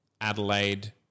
Adelaide